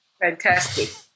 Fantastic